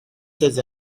ses